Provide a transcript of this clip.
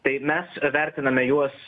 tai mes vertiname juos